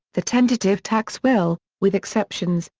the tentative tax will, with exceptions,